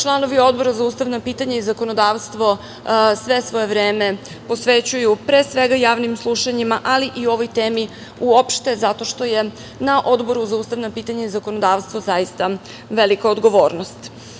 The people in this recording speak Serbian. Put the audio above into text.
članovi Odbora za ustavna pitanja i zakonodavstvo sve svoje vreme posvećuju, pre svega javnim slušanjima ali i ovoj temi uopšte zato što je na Odboru za ustavna pitanja i zakonodavstvo velika odgovornost. Pomenula